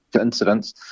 incidents